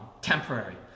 Temporary